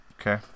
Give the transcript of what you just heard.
Okay